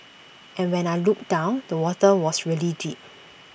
and when I looked down the water was really deep